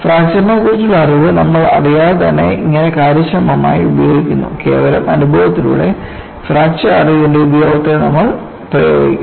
ഫ്രാക്ചർനെക്കുറിച്ചുള്ള അറിവ്നമ്മൾ അറിയാതെ തന്നെ ഇങ്ങനെ കാര്യക്ഷമമായി ഉപയോഗിക്കുന്നു കേവലം അനുഭവത്തിലൂടെ ഫ്രാക്ചർ അറിവിന്റെ ഉപയോഗത്തെ നമ്മൾ പ്രയോഗിക്കുന്നു